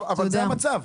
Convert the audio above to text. אבל זה המצב,